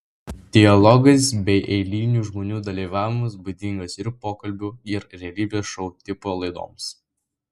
dialogas bei eilinių žmonių dalyvavimas būdingas ir pokalbių ir realybės šou tipo laidoms